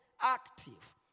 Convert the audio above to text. active